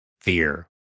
Fear